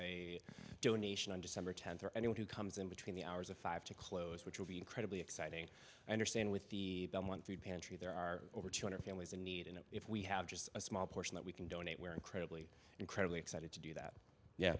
a donation under some or tent or anyone who comes in between the hours of five to close which will be incredibly exciting and are staying with the them one food pantry there are over two hundred families in need and if we have just a small portion that we can donate we're incredibly incredibly excited to do that yeah